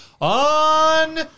on